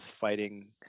fighting